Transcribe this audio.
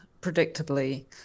predictably